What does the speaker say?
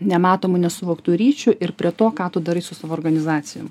nematomų nesuvoktų ryšių ir prie to ką tu darai su savo organizacijom